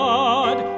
God